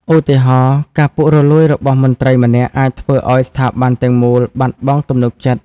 ឧទាហរណ៍ ការពុករលួយរបស់មន្ត្រីម្នាក់ អាចធ្វើឲ្យស្ថាប័នទាំងមូលបាត់បង់ទំនុកចិត្ត។